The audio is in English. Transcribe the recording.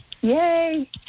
Yay